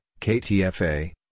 KTFA